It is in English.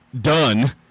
done